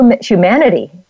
humanity